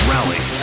Rally